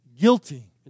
guilty